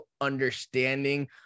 understanding